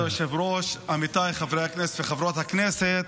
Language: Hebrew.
כבוד היושב-ראש, עמיתיי חברי הכנסת וחברות הכנסת,